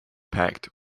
pact